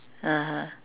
(uh huh)